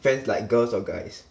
friends like girls or guys